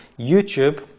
YouTube